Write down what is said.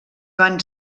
van